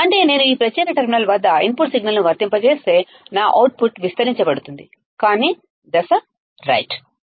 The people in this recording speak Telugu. అంటే నేను ఈ ప్రత్యేక టెర్మినల్ వద్ద ఇన్పుట్ సిగ్నల్ ను వర్తింపజేస్తే నా అవుట్పుట్ విస్తరించబడుతుంది కాని అదే దశలో ఉంటుంది సరే